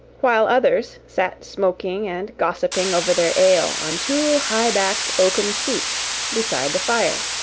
while others sat smoking and gossiping over their ale on two high-backed oaken seats beside the fire.